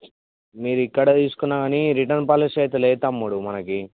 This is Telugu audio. మీరు ఇక్కడ తీసుకున్నా కానీ రిటర్న్ పాలసీ అయితే లేదు తమ్ముడు మనకు